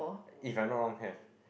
if I'm not wrong have